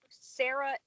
Sarah